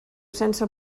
sense